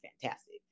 fantastic